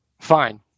Fine